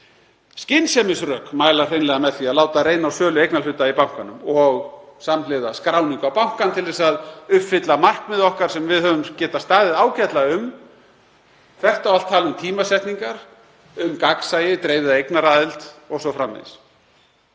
Skynsemisrök mæla hreinlega með því að láta reyna á sölu eignarhluta í bankanum og samhliða skráningu á bankann til að uppfylla markmið okkar sem við höfum getað staðið ágætlega saman um þvert á allt tal um tímasetningar, um gagnsæi, dreifða eignaraðild o.s.frv.